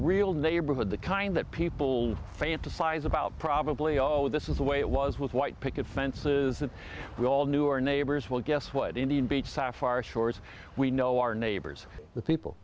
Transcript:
real neighborhood the kind that people fantasize about probably oh this is the way it was with white picket fences that we all knew or neighbors well guess what indian beach saffar shores we know our neighbors the people